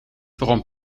waarom